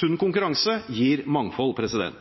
Sunn konkurranse gir mangfold.